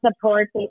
support